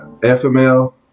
FML